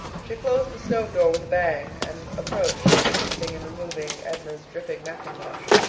she closed the stove door with a bang, and approaching, assisted in removing edna's dripping mackintosh.